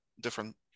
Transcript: different